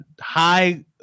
high –